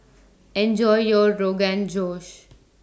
Enjoy your Rogan Josh